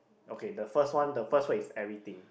okay the first one the first one is everything